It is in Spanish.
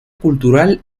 cultural